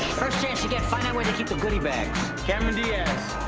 first chance you get, find out where they keep the goody bags. cameron diaz.